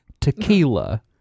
tequila